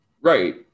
Right